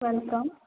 welcome